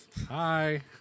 Hi